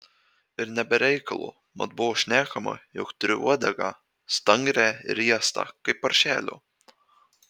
ir ne be reikalo mat buvo šnekama jog turi uodegą stangrią ir riestą kaip paršelio